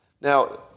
Now